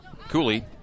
Cooley